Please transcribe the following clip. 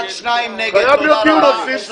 מה, אין דיונים על הסעיפים?